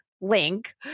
link